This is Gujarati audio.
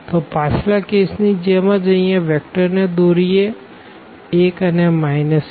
તો પાછલા કેસ ની જેમ જ અહિયાં વેક્ટર ને દોરીએ 1 અને 1